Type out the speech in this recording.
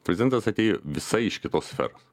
prezidentas atėjo visa iš kitos sferos